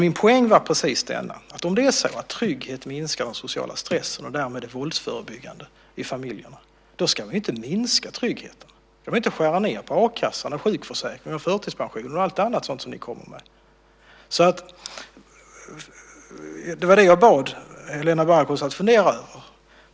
Min poäng är att om trygghet minskar den sociala stressen och därmed är våldsförebyggande i familjerna, då ska vi inte minska tryggheten. Vi ska inte skära ned på a-kassan, sjukförsäkringen, förtidspensionen och allt annat som ni föreslår. Jag bad Helena Bargholtz att fundera på detta.